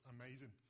amazing